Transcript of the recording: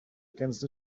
against